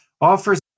Offers